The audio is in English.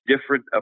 different